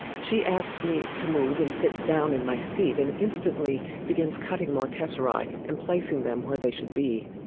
she asks me to move and sits down in my seat and instantly begins cutting more tesserae and placing them where they should be.